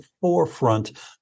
forefront